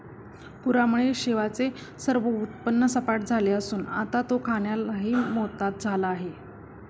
पूरामुळे शिवाचे सर्व उत्पन्न सपाट झाले असून आता तो खाण्यालाही मोताद झाला आहे